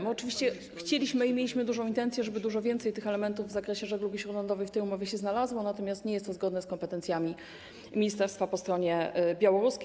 My oczywiście chcieliśmy i mieliśmy taką intencję, żeby dużo więcej elementów w zakresie żeglugi śródlądowej w tej umowie się znalazło, natomiast nie jest to zgodne z kompetencjami ministerstwa po stronie białoruskiej.